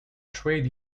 trade